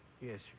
Yes